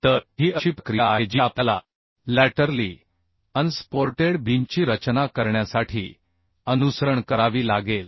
तर ही अशी प्रक्रिया आहे जी आपल्याला लॅटरली अनसपोर्टेड बीमची रचना करण्यासाठी अनुसरण करावी लागेल